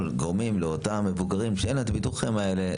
גורמים לאותם מבוגרים שאין להם את הביטוחים האלה,